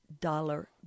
dollar